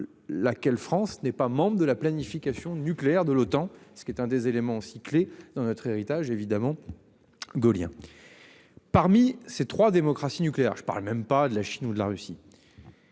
Laquelle France n'est pas membre de la planification nucléaire de l'OTAN. Ce qui est un des éléments aussi clé dans notre héritage évidemment. Gaullien. Parmi ces trois démocratie nucléaire je parle même pas de la Chine ou la Russie.